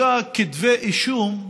ואני תוהה ושואלת את כל אלה שמפחידים אותנו: